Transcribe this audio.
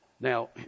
Now